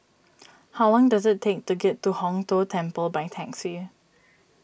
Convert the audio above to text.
how long does it take to get to Hong Tho Temple by taxi